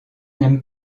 n’aime